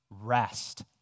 rest